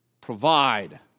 Provide